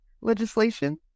legislation